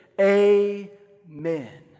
Amen